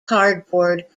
cardboard